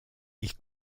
ils